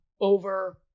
over